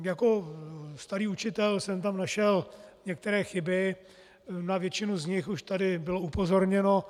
Jako starý učitel jsem tam našel některé chyby, na většinu z nich už tady bylo upozorněno.